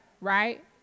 right